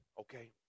okay